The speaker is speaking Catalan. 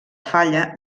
falla